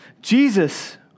Jesus